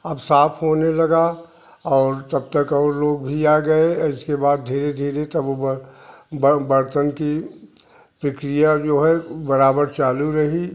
अब साफ़ होने लगा और जब तक और लोग भी आ गए इसके बाद धीरे धीरे तब वो बर्तन की प्रक्रिया जो है बराबर चालू रही